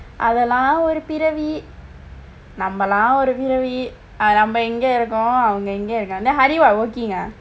அதெல்ல ஒரு பிறவி நம்மளாம் ஒரு பிறவி நம்ம எங்க இருக்கிறோம் அவங்க எங்க இருக்குறாங்க:athaellam oru piravi nammalaam oru piravi namma engka irukkiroom avnga enga irukkiraangka then hari what working ah